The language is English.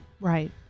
Right